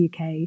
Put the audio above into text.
UK